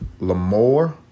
Lamore